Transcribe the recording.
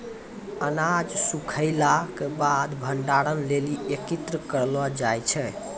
अनाज सूखैला क बाद भंडारण लेलि एकत्रित करलो जाय छै?